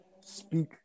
speak